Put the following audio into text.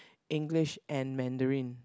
English and Mandarin